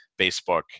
Facebook